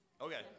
Okay